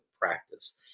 practice